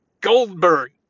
Goldberg